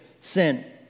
sin